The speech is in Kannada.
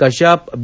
ಕಶ್ಯಪ್ ಬಿ